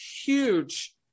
huge